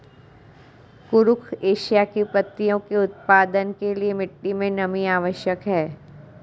कुरुख एशिया की पत्तियों के उत्पादन के लिए मिट्टी मे नमी आवश्यक है